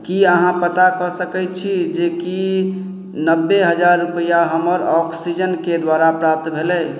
की अहाँ पता कऽ सकय छी जे की नब्बे हजार रुपैआ हमर ऑक्सीजनके द्वारा प्राप्त भेलय